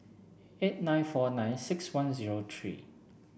eight nine four nine six one zero three